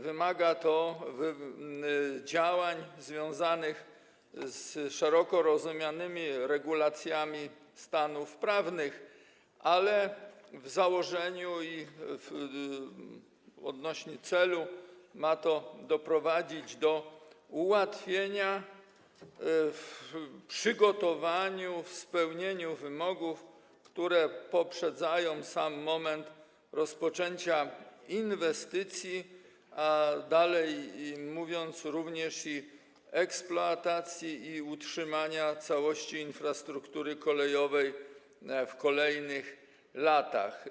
Wymaga to działań związanych z szeroko rozumianymi regulacjami stanów prawnych, ale w założeniu, taki jest cel, ma to doprowadzić do ułatwienia przygotowania, spełnienia wymogów, które poprzedzają sam moment rozpoczęcia inwestycji, a dalej - również eksploatacji i utrzymania całości infrastruktury kolejowej w kolejnych latach.